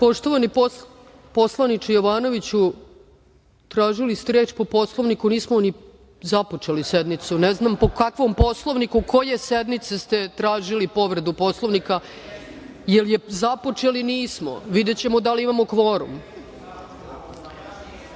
poslaniče Jovanoviću, tražili ste reč po Poslovniku, a nismo ni započeli sednicu. Ne znam po kakvom Poslovniku koje sednice ste tražili povredu Poslovnika, jer je započeli nismo. Videćemo da li imamo